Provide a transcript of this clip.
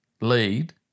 lead